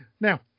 Now